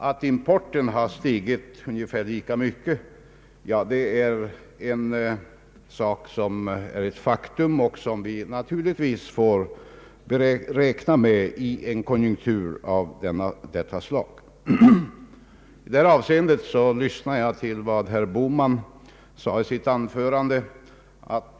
Att importen har stigit ungefär lika mycket är ett faktum som vi naturligtvis får räkna med i en konjunktur av detta slag. Jag lyssnade till vad herr Bohman sade i sitt anförande i detta avseende.